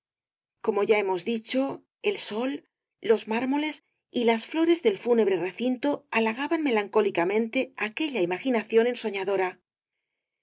como ya hemos dicho el sol los mármoles y las flores del fúnebre recinto halagaban melancólicamente aquella imaginación ensoñadora